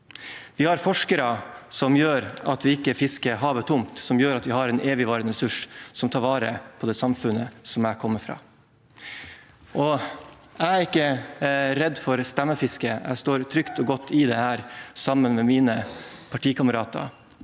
forskere som gjør at vi ikke fisker havet tomt, sånn at vi har en evigvarende ressurs som tar vare på det samfunnet jeg kommer fra. Jeg er ikke redd for stemmefiske, jeg står trygt og godt i dette, sammen med mine partikamerater.